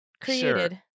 created